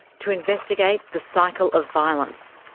to investigate the cycle of violence.